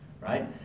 right